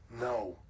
No